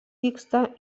vyksta